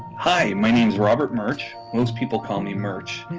hi, my name's robert murch. most people call me murch,